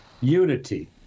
Unity